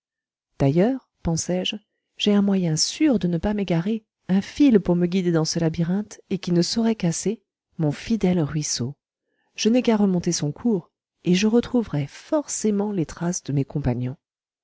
d'ailleurs pensai-je j'ai un moyen sûr de ne pas m'égarer un fil pour me guider dans ce labyrinthe et qui ne saurait casser mon fidèle ruisseau je n'ai qu'à remonter son cours et je retrouverai forcément les traces de mes compagnons